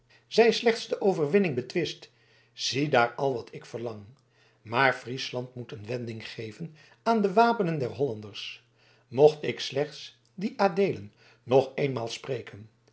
zij slechts de overwinning betwist ziedaar al wat ik verlang maar friesland moet een wending geven aan de wapenen der hollanders mocht ik slechts dien adeelen nog eenmaal spreken